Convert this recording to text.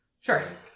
Sure